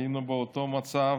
היינו באותו מצב,